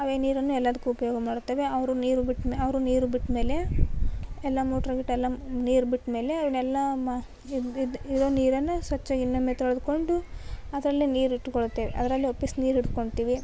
ಅದೇ ನೀರನ್ನು ಎಲ್ಲದಕ್ಕು ಉಪಯೋಗ ಮಾಡುತ್ತೇವೆ ಅವರು ನೀರು ಬಿಟ್ಟು ಅವರು ನೀರು ಬಿಟ್ಟಮೇಲೆ ಎಲ್ಲ ಮೋಟ್ರ್ ಗೀಟ್ರ್ ಎಲ್ಲ ನೀರು ಬಿಟ್ಟಮೇಲೆ ಇವನ್ನೆಲ್ಲ ಮ ಇದು ಇದು ಇರೋ ನೀರನ್ನೆ ಸ್ವಚ್ಛ ಇನ್ನೊಮ್ಮೆ ತೊಳೆದ್ಕೊಂಡು ಅದ್ರಲ್ಲೆ ನೀರು ಇಟ್ಟುಕೊಳ್ಳುತ್ತೇವೆ ಅದ್ರಲ್ಲೆ ವಾಪಸ್ ನೀರು ಹಿಡ್ಕೊತಿವಿ